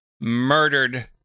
murdered